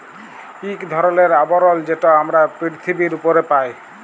ইক ধরলের আবরল যেট আমরা পিরথিবীর উপরে পায়